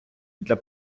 для